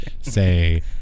say